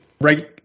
right